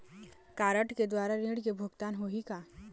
Card के द्वारा ऋण के भुगतान होही का?